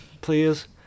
please